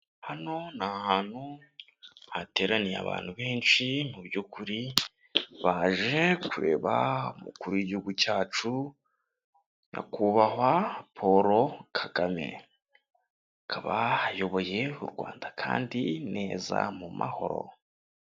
Hano ni ahantu hateraniye abantu benshi, mu byukuri baje kureba umukuru w'igihugu cyacu nyakubahwa Paul Kagame, akaba ayobayoboye u Rwanda kandi neza mu mahoro.